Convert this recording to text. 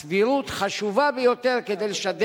הסבירות חשובה ביותר כדי לשדר